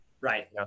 Right